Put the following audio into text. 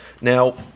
Now